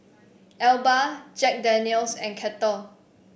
Alba Jack Daniel's and Kettle